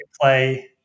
play